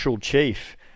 chief